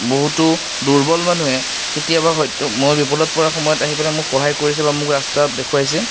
বহুতো দুৰ্বল মানুহে কেতিয়াবা হয়তো মই বিপদত পৰা সময়ত আহি পেলাই মোক সহায় কৰিছে বা মোক ৰাস্তা দেখোৱাইছে